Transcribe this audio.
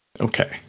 Okay